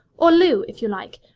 or lou, if you like,